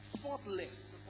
faultless